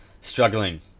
struggling